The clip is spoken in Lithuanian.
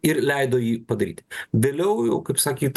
ir leido jį padaryti vėliau jau kaip sakyt